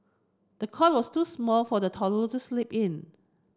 the cot was too small for the toddler to sleep in